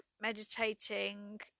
meditating